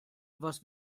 was